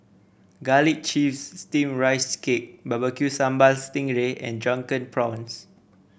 Garlic Chives Steamed Rice Cake Barbecue Sambal Sting Ray and Drunken Prawns